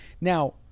now